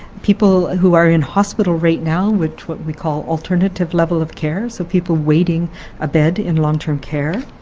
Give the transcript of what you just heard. people who are in hospital right now with what we call alternative level of care, so people waiting a bed in long-term care,